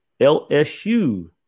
LSU